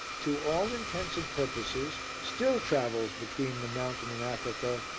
to all intents and purposes, still travels between the mountain and africa,